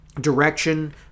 direction